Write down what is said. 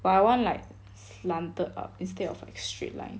but I want like slanted up instead of like straight line